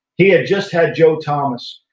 he had just had joe thomas.